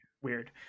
weird